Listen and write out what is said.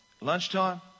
lunchtime